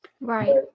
Right